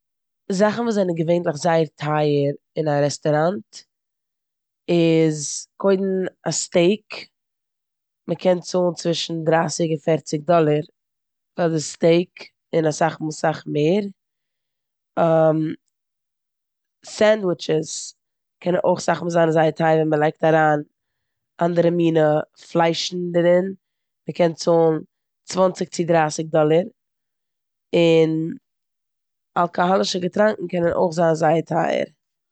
זאכן וואס זענען געווענטליך זייער טייער אין א רעסטאראונט איז קודם א סטעיק. מ'קען צאלן צווישן דרייסיג און פערציג דאללער פאר די סטעיק און אסאך מאל סאך מער. סענדוויטשעס קען אויך אסאך מאל זיין זייער טייער ווען מ'לייגט אריין אנדערע מינע פליישן דערין, מ'קען צאלן צוואנציג צו דרייסיג דאללער און אלקאהאלישע געטראנקען קענען אויך זיין זייער טייער.